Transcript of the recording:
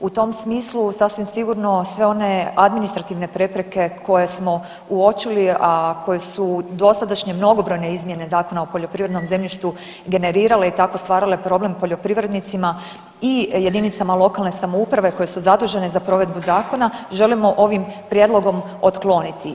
U tom smislu sasvim sigurno sve one administrativne prepreke koje smo uočili, a koje su dosadašnje mnogobrojne izmjene Zakona o poljoprivrednom zemljištu generirale i tako stvarale problem poljoprivrednicima i JLS koje su zadužene za provedbu zakona želimo ovim prijedlogom otkloniti.